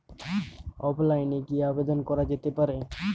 অফলাইনে কি আবেদন করা যেতে পারে?